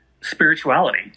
spirituality